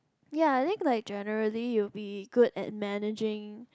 ya think like generally you will be good at managing